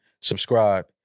Subscribe